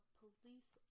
police